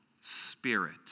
spirit